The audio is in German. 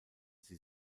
sie